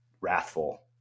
wrathful